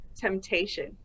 temptation